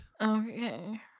Okay